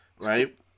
right